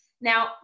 Now